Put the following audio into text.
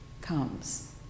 comes